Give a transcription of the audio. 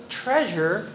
treasure